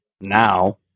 now